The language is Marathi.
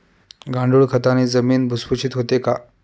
गांडूळ खताने जमीन भुसभुशीत होते का?